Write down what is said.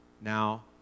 Now